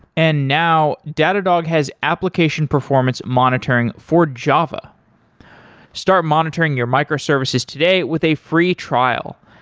and now, datadog has application performance monitoring for java start monitoring your microservices today with a free trial.